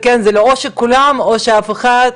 או שכולם יעלו או שאף אחד,